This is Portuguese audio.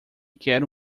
quero